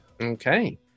Okay